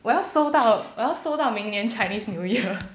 我要收到我要收到明年 chinese new year